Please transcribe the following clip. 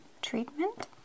treatment